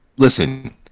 Listen